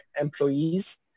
employees